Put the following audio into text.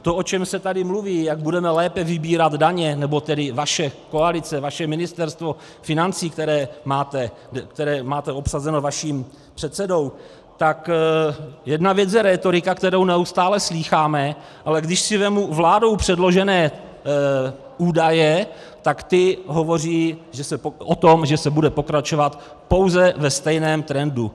To, o čem se tady mluví, jak budeme lépe vybírat daně, nebo tedy vaše koalice, vaše Ministerstvo financí, které máte obsazené vaším předsedou, tak jedna věc je rétorika, kterou neustále slýcháme, ale když si vezmu vládou předložené údaje, tak ty hovoří o tom, že se bude pokračovat pouze ve stejném trendu.